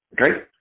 okay